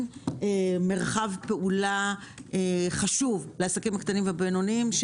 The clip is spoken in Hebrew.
מרחב פעולה חשוב לעסקים הקטנים והבינוניים,